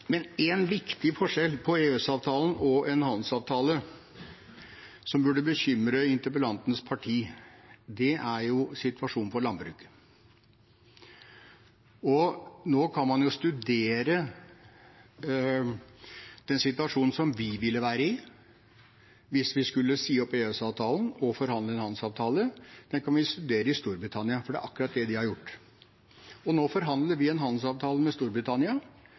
en handelsavtale som burde bekymre interpellantens parti, er situasjonen for landbruket. Nå kan man jo studere den situasjonen vi ville være i hvis vi skulle si opp EØS-avtalen og forhandle en handelsavtale. Den kan vi studere i Storbritannia, for det er akkurat det de har gjort. Nå forhandler vi en handelsavtale med Storbritannia,